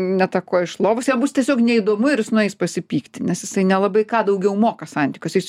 ne ta koja iš lovos jam bus tiesiog neįdomu ir jis nueis pasipykti nes jisai nelabai ką daugiau moka santykiuose jis